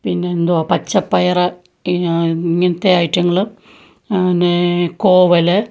പിന്നെന്തുവാ പച്ചപ്പയര് പിന്നാ ഇങ്ങനത്തെ ഐറ്റങ്ങള് പിന്നേ കോവല്